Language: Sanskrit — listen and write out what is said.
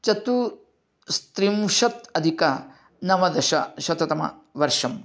चतुस्त्रिंशत् अधिकनवदशशततमवर्षम्